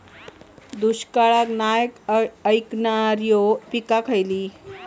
दुष्काळाक नाय ऐकणार्यो पीका खयली?